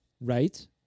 Right